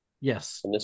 yes